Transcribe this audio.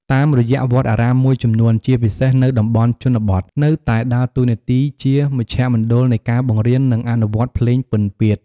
តាមរយៈវត្តអារាមមួយចំនួន ជាពិសេសនៅតំបន់ជនបទ នៅតែដើរតួនាទីជាមជ្ឈមណ្ឌលនៃការបង្រៀន និងអនុវត្តភ្លេងពិណពាទ្យ។